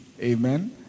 Amen